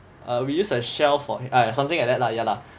uh we use a shelf or something like that lah ya lah